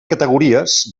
categories